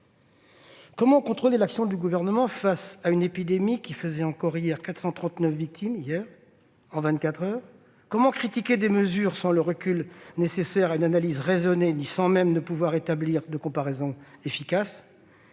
Comment contrôler l'action du Gouvernement face à une épidémie qui faisait encore hier 439 victimes en vingt-quatre heures ? Comment critiquer des mesures sans le recul nécessaire à une analyse raisonnée et sans même pouvoir établir de comparaisons efficaces ?